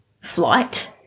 flight